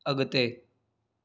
अॻिते